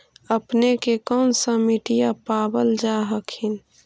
अपने के कौन सा मिट्टीया पाबल जा हखिन?